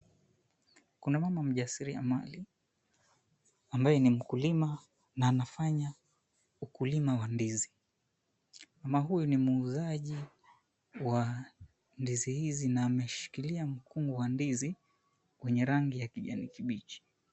Kuna mama mjasiri ambaye ni mkulima na anafanya ukulima wa ndizi, mama huyu ni muuzaji wa ndizi hizi na ameshikilia mkungu wa ndizi wenye rangi ya kijani kibichi.